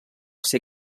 ser